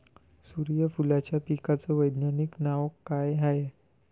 सुर्यफूलाच्या पिकाचं वैज्ञानिक नाव काय हाये?